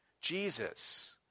Jesus